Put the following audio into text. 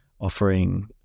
offering